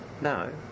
No